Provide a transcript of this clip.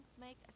make